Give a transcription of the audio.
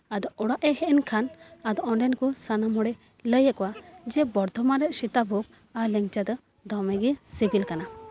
ᱟᱫᱚ ᱚᱲᱟᱜ ᱮ ᱦᱮᱡ ᱮᱱ ᱠᱷᱟᱱ ᱟᱫᱚ ᱚᱸᱰᱮᱱ ᱠᱚ ᱥᱟᱱᱟᱢ ᱦᱚᱲᱮ ᱞᱟᱹᱭ ᱠᱚᱣᱟ ᱡᱮ ᱵᱚᱨᱫᱷᱚᱢᱟᱱ ᱨᱮᱭᱟᱜ ᱥᱮᱛᱟᱵᱷᱳᱜᱽ ᱟᱨ ᱞᱮᱝᱪᱟ ᱫᱚ ᱫᱚᱢᱮᱜᱮ ᱥᱤᱵᱤᱞ ᱠᱟᱱᱟ